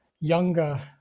younger